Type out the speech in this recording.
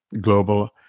Global